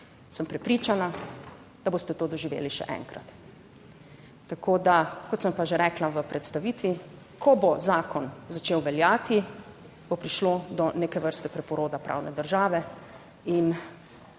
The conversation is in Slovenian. sem prepričana, da boste to doživeli še enkrat. Kot sem pa že rekla v predstavitvi, ko bo zakon začel veljati, bo prišlo do neke vrste preporoda pravne države in